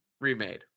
remade